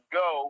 go